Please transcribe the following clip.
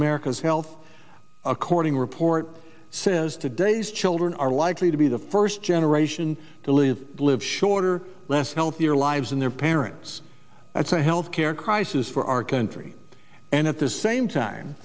america's health according report says today's children are likely to be the first generation to live live shorter less healthier lives in their parents that's a health care crisis for our country and at the same time